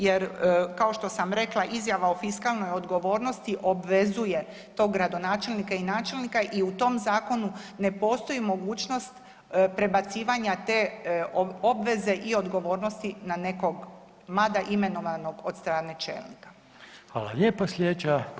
Jer kao što sam rekla Izjava o fiskalnoj odgovornosti obvezuje tog gradonačelnika i načelnika i u tom zakonu ne postoji mogućnost prebacivanja te obveze i odgovornosti na nekog mada imenovanog od strane čelnika.